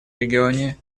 регионе